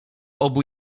obu